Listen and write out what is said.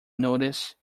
noticed